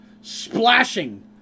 Splashing